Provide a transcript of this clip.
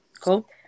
Cool